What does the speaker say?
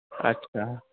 আচ্ছা